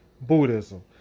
Buddhism